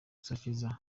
basahura